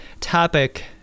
topic